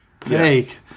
fake